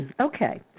Okay